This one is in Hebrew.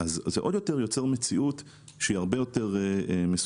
זה עוד יותר מייצר מציאות שהיא הרבה יותר מסוכנת.